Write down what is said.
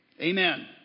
Amen